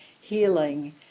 healing